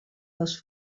les